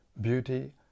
beauty